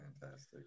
fantastic